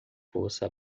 força